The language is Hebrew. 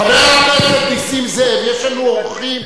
חבר הכנסת נסים זאב, יש לנו אורחים.